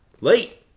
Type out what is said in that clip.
late